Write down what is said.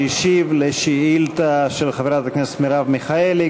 שהשיב על שאילתה של חברת הכנסת מרב מיכאלי,